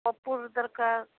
କର୍ପୂର ଦରକାର